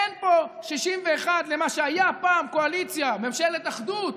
אין פה 61 למה שהיה פעם קואליציה, ממשלת אחדות.